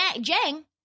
Jang